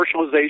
commercialization